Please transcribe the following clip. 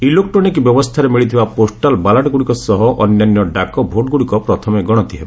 electronic ବ୍ୟବସ୍ଥାରେ ମିଳିଥିବା postal ବାଲାଟ୍ଗୁଡ଼ିକ ସହ ଅନ୍ୟାନ୍ୟ ଡାକ ଭୋଟ୍ଗୁଡ଼ିକ ପ୍ରଥମେ ଗଣତି ହେବ